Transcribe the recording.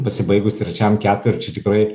pasibaigus trečiam ketvirčiui tikrai